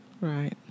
Right